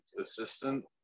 assistant